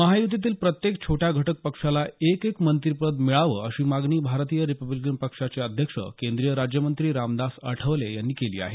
महायुतीतील प्रत्येक छोट्या घटक पक्षाला एक एक मंत्रीपद मिळावं अशी मागणी भारतीय रिपब्लिकन पक्षाचे अध्यक्ष केंद्रीय राज्यमंत्री रामदास आठवले यांनी केली आहे